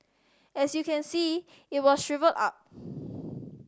as you can see it was shrivelled up